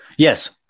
Yes